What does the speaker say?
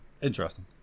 interesting